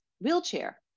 wheelchair